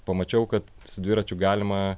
pamačiau kad su dviračiu galima